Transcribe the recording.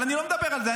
אבל אני לא מדבר על זה.